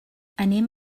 anem